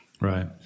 Right